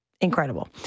incredible